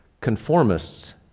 Conformists